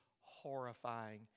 horrifying